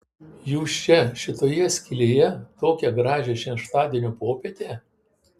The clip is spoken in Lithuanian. jūs čia šitoje skylėje tokią gražią šeštadienio popietę